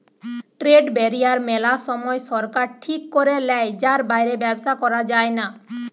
trade barrier মেলা সময় সরকার ঠিক করে লেয় যার বাইরে ব্যবসা করা যায়না